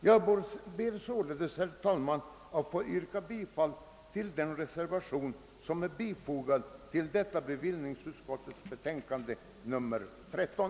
Jag ber att få yrka bifall till den reservation som är fogad vid bevillningsutskottets betänkande nr 13.